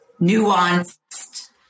nuanced